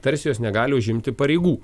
tarsi jos negali užimti pareigų